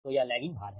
तो यह लैगिंग भार है